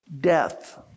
death